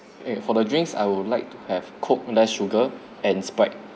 and for the drinks I would like to have coke less sugar and sprite